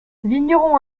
vignerons